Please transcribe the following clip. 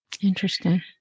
Interesting